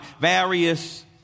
various